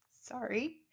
Sorry